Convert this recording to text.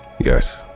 Yes